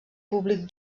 públic